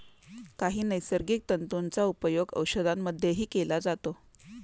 काही नैसर्गिक तंतूंचा उपयोग औषधांमध्येही केला जातो